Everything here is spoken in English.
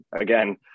again